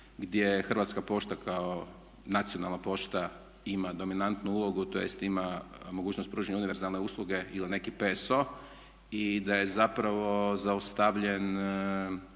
je Hrvatska pošta kao nacionalna pošta ima dominantu ulogu tj. ima mogućnost pružanja univerzalne usluge ili neki PSO i da je zapravo zaustavljen